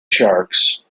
sharks